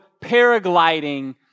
paragliding